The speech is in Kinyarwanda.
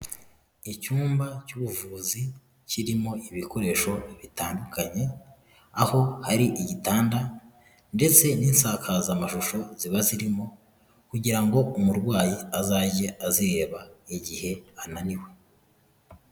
Icyumba cy'ubuvuzi kirimo ibikoresho bitandukanye, aho hari igitanda ndetse n'insakazamashusho ziba zirimo kugira ngo umurwayi azajye azireba igihe ananiwe.